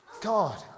God